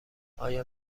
آیا